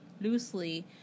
Loosely